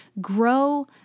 grow